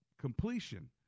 completion